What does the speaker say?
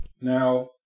Now